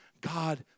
God